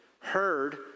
heard